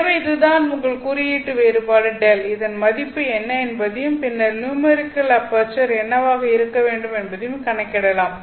எனவே இது தான் உங்கள் குறியீட்டு வேறுபாடு Δ இதன் மதிப்பு என்ன என்பதயும் பின்னர் நியூமெரிக்கல் அபெர்ச்சர் என்னவாக இருக்க வேண்டும் என்பதயும் கணக்கிடலாம்